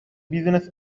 business